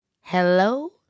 Hello